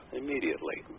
immediately